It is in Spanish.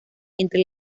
entre